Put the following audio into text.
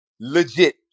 legit